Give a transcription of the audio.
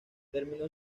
terminó